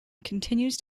continues